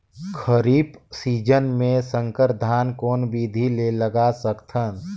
खरीफ season मे संकर धान कोन विधि ले लगा सकथन?